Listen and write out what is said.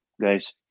guys